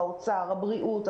האוצר והבריאות.